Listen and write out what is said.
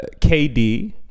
KD